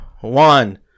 One